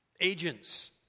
agents